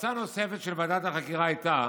המלצה נוספת של ועדת החקירה הייתה